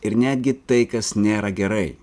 ir netgi tai kas nėra gerai